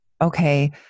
okay